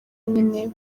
nyine